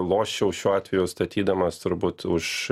loščiau šiuo atveju statydamas turbūt už